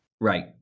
Right